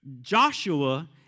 Joshua